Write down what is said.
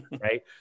Right